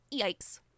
Yikes